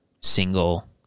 single